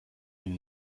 den